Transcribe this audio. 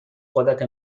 قدرت